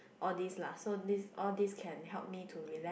all this lah so this all this can help me to relax